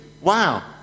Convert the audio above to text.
Wow